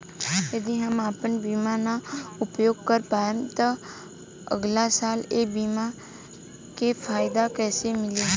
यदि हम आपन बीमा ना उपयोग कर पाएम त अगलासाल ए बीमा के फाइदा कइसे मिली?